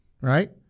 right